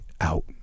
out